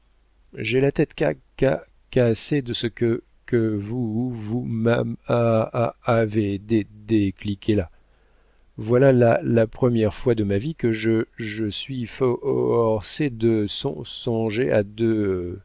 j'ai la tête ca ca cassée de ce que que vooous vous m'a a a avez dé dé décliqué là voilà la la la première fois de ma vie que je je suis fooorcé de son songer à